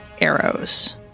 arrows